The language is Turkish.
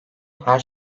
her